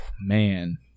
man